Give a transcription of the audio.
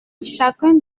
chacun